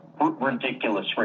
ridiculous